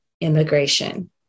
immigration